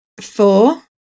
Four